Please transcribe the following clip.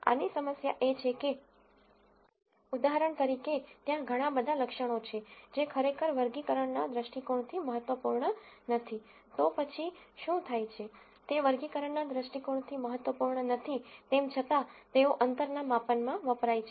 આની સમસ્યા એ છે કે ઉદાહરણ તરીકે ત્યાં ઘણા બધા લક્ષણો છે જે ખરેખર વર્ગીકરણના દૃષ્ટિકોણથી મહત્વપૂર્ણ નથી તો પછી શું થાય છે તે વર્ગીકરણના દૃષ્ટિકોણથી મહત્વપૂર્ણ નથી તેમ છતાં તેઓ અંતરના માપન માં વપરાય છે